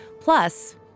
Plus